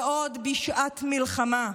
ועוד בשעת מלחמה.